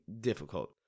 difficult